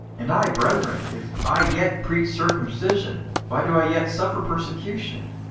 and i, brethren, if i yet preach circumcision, why do i yet suffer persecution?